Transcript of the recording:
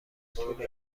طول